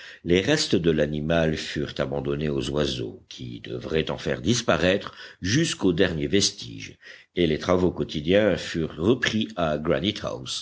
les restes de l'animal furent abandonnés aux oiseaux qui devraient en faire disparaître jusqu'aux derniers vestiges et les travaux quotidiens furent repris à